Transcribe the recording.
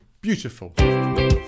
Beautiful